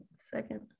second